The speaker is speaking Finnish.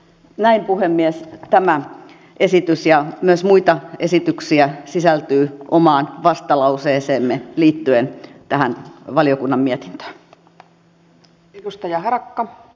näin puhemies tämä esitys ja myös muita esityksiä sisältyy omaan vastalauseeseemme liittyen tähän valiokunnan mietintöön